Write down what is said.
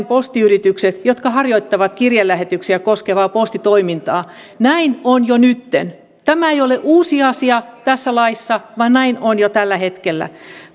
postiyritykset jotka harjoittavat kirjelähetyksiä koskevaa postitoimintaa näin on jo nytten tämä ei ole uusi asia tässä laissa vaan näin on jo tällä hetkellä